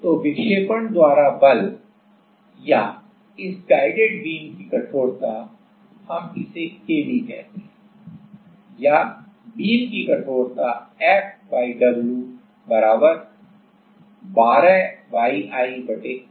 तो विक्षेपण द्वारा बल या इस गाइडेड बीम की कठोरता हम इसे kb कहते हैं या बीम की कठोरता F w 12YI L घन है